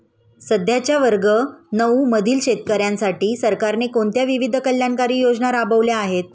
सध्याच्या वर्ग नऊ मधील शेतकऱ्यांसाठी सरकारने कोणत्या विविध कल्याणकारी योजना राबवल्या आहेत?